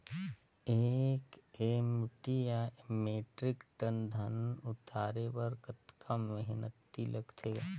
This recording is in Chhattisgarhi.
एक एम.टी या मीट्रिक टन धन उतारे बर कतका मेहनती लगथे ग?